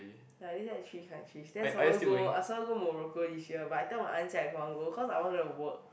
ya this year I change countries then some more go some more go Morocco but I tell my aunt I don't want to go cause I want to work